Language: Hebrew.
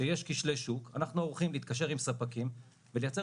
שיש כשלי שוק אנחנו ערוכים להתקשר עם ספקים ולייצר